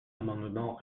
amendement